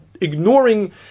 ignoring